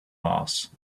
mars